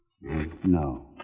No